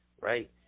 right